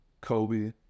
Kobe